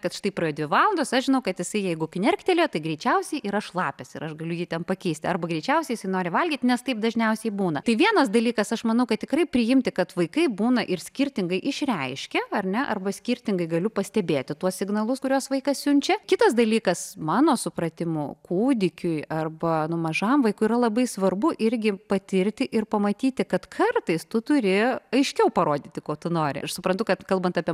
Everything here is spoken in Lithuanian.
kad štai pradedi valandos aš žinau kad jisai jeigu knerktelėjo tai greičiausiai yra šlapias ir aš galiu jį ten pakeisti arba greičiausiai jisai nori valgyti nes taip dažniausiai būna tai vienas dalykas aš manau kad tikrai priimti kad vaikai būna ir skirtingai išreiškia ar ne arba skirtingai galiu pastebėti tuos signalus kuriuos vaikas siunčia kitas dalykas mano supratimu kūdikiui arba nu mažam vaikui yra labai svarbu irgi patirti ir pamatyti kad kartais tu turi aiškiau parodyti ko tu nori aš suprantu kad kalbant apie